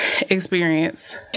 experience